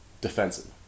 defensive